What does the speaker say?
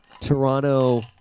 Toronto